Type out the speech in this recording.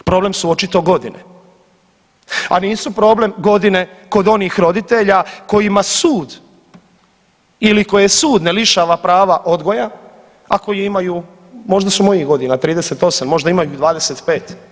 Problem su očito godine, a nisu problem godine kod onih roditelja kojima sud ili koje sud ne lišava prava odgoja, a koji imaju, možda su mojih godina 38, možda imaju 25.